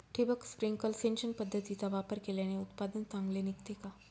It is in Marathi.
ठिबक, स्प्रिंकल सिंचन पद्धतीचा वापर केल्याने उत्पादन चांगले निघते का?